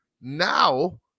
now